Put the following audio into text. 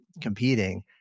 competing